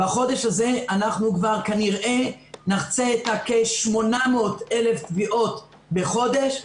בחודש הזה אנחנו כבר כנראה נחצה את רף ה-800,000 תביעות בחודש.